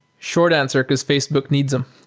short answer, because facebook needs them.